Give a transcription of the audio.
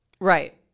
right